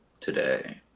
Today